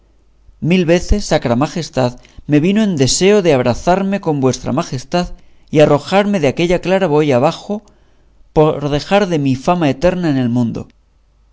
mil veces sacra majestad me vino deseo de abrazarme con vuestra majestad y arrojarme de aquella claraboya abajo por dejar de mí fama eterna en el mundo